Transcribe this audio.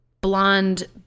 blonde